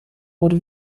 wurde